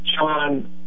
Sean